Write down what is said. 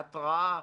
בהתרעה,